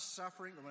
suffering